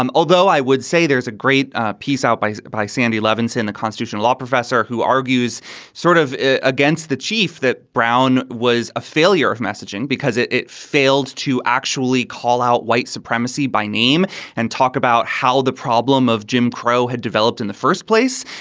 um although i would say there's a great ah piece out by by sandy levinson, the constitutional law professor, who argues sort of against the chief that brown was a failure of messaging because it it failed to actually call out white supremacy by name and talk about how the problem of jim crow had developed in the first place,